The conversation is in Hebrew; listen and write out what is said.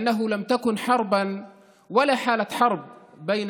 משום שלא הייתה מלחמה ולא מצב מלחמה בין